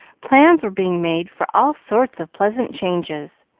plans were being made for all sorts of pleasant changes.